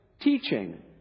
teaching